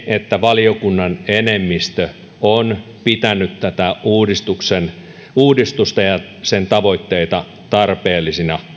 että valiokunnan enemmistö on pitänyt tätä uudistusta ja sen tavoitteita tarpeellisina